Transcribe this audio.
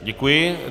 Děkuji.